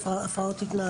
של בית ספר להפרעות התנהגות?